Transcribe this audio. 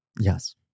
Yes